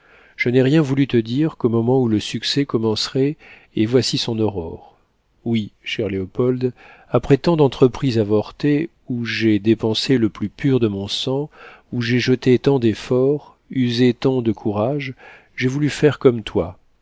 je n'ai rien voulu te dire qu'au moment où le succès commencerait et voici son aurore oui cher léopold après tant d'entreprises avortées où j'ai dépensé le plus pur de mon sang où j'ai jeté tant d'efforts usé tant de courage j'ai voulu faire comme toi